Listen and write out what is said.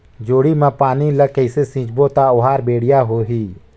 जोणी मा पानी ला कइसे सिंचबो ता ओहार बेडिया होही?